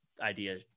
idea